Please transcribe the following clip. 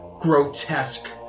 grotesque